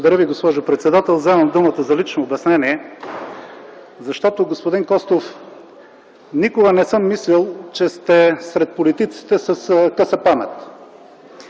Благодаря Ви, госпожо председател. Вземам думата за лично обяснение, защото, господин Костов, никога не съм мислил, че сте сред политиците с къса памет.